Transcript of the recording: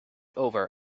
over